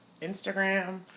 instagram